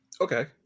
Okay